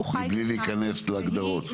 מבלי להיכנס להגדרות.